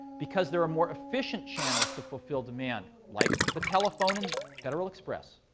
because there are more efficient channels to fulfill demand, like the telephone and federal express.